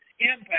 impact